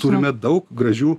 turime daug gražių